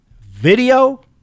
Video